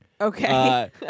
Okay